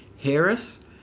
Harris